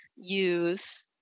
use